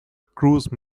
cruise